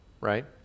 right